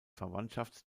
verwandtschaft